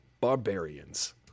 barbarians